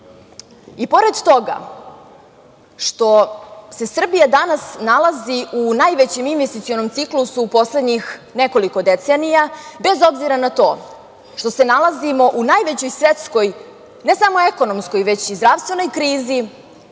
pored toga što se Srbija danas nalazi u najvećem investicionom ciklusu u poslednjih nekoliko decenija, bez obzira na to što se nalazimo u najvećoj svetskoj ne samo ekonomskoj, već i zdravstvenoj krizi,